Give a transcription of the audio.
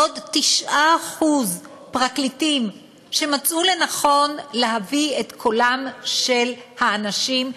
עוד 9% פרקליטים שמצאו לנכון להביא את קולם של האנשים,